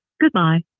Goodbye